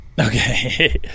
Okay